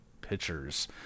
pitchers